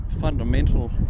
fundamental